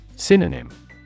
Synonym